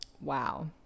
Wow